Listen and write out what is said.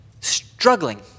struggling